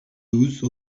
douze